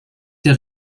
der